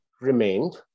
remained